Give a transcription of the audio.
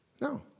No